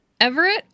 Everett